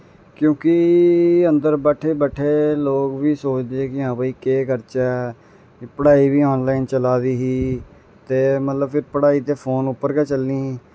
क्योंकि अन्दर बैठे बैठे लोक बी सोचदे हे हां भाई केह् करचै पढ़ाई बी आनलाइन चला दी ही ते मतलब फ्ही पढ़ाई ते फोन उप्पर गै चलनी ही